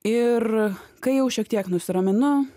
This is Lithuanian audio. ir kai jau šiek tiek nusiraminu